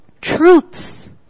truths